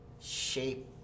shape